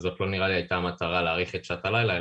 וזה לא נראה לי הייתה המטרה להאריך את שעות הלילה,